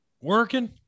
Working